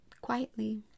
quietly